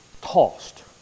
tossed